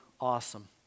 awesome